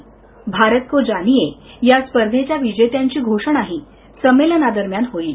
भारत को जानिये या स्पर्धेच्या विजेत्यांचीही घोषणा संमेलनादरम्यान होईल